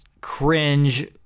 cringe